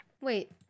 Wait